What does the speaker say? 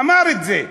אמר את זה.